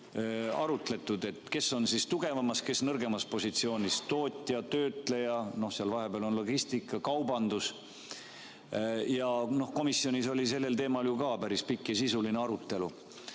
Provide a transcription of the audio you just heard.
arutletud, et kes on tugevamas, kes nõrgemas positsioonis, tootja või töötleja, seal vahepeal on logistika, kaubandus. Komisjonis oli sellel teemal ju ka päris pikk ja sisuline arutelu.